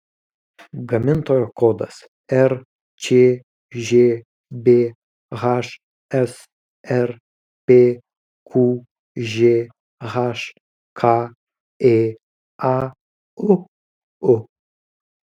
gamintojo kodas rčžb hsrp qžhk ėauu